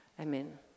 amen